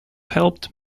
helped